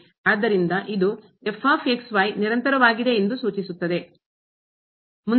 ಆದ್ದರಿಂದ ಇದು ನಿರಂತರವಾಗಿದೆ ಎಂದು ಸೂಚಿಸುತ್ತದೆ